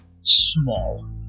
small